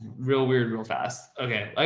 real weird. real fast. okay.